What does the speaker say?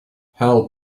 hal